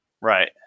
Right